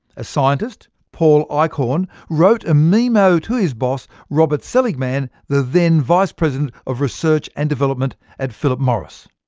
a scientist, paul eichorn, wrote a memo to his boss, robert seligman, the then vice-president of research and development at philip morris.